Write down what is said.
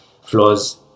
flaws